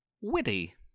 witty